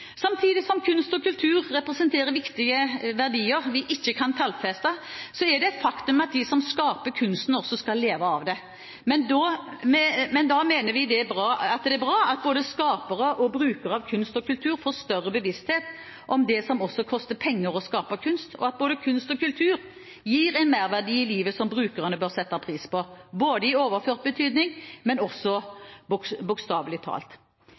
Samtidig som kunst og kultur representerer viktige verdier vi ikke kan tallfeste, er det et faktum at de som skaper kunsten, også skal leve av det. Da mener vi det er bra at både skapere og brukere av kunst og kultur får større bevissthet om at det også koster penger å skape kunst, og at både kunst og kultur gir en merverdi i livet som brukerne bør sette pris på, både i overført betydning og bokstavelig talt.